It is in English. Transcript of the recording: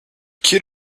kid